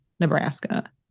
nebraska